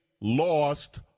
lost